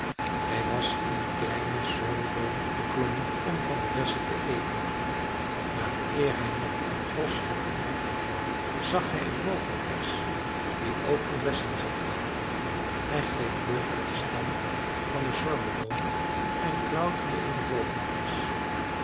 hij was in een kleinen sorbeboom geklommen om van de bessen te eten maar eer hij nog een tros had bereikt zag hij een vogelkers die ook vol bessen zat hij gleed vlug uit den stam van den sorbeboom en klauterde in de vogelkers